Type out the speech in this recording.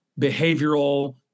behavioral